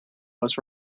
was